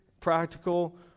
practical